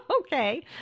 okay